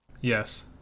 Yes